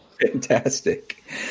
Fantastic